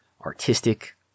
artistic